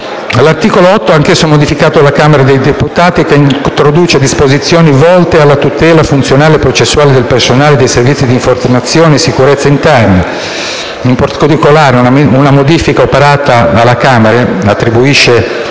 L'articolo 8, anch'esso modificato dalla Camera dei deputati, introduce disposizioni volte alla tutela funzionale e processuale del personale dei Servizi di informazione e sicurezza interna ed esterna. In particolare, una modifica operata dalla Camera attribuisce